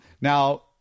Now